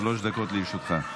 שלוש דקות לרשותך.